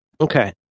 Okay